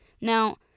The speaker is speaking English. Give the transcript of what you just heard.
Now